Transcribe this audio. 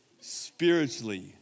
Spiritually